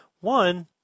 one